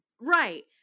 Right